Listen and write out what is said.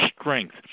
strength